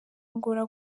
angola